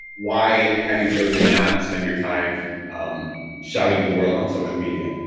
why have you chosen not to spend your time shouting the world on social media?